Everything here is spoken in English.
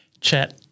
chat